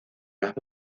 las